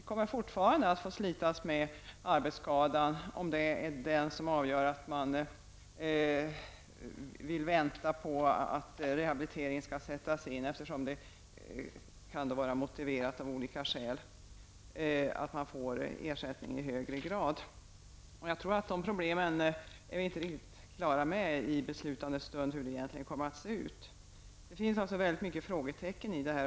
Vi kommer fortfarande att få slitas med arbetsskadan om det är den som avgör att man vill vänta på att rehabiliteringen skall sättas in, eftersom det kan vara motiverat av olika skäl att man får ersättning i högre grad. I beslutande stund är vi nog inte riktigt på det klara med hur dessa problem kommer att lösas. Det finns många frågetecken kring detta.